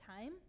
time